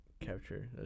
capture